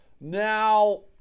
Now